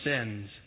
sins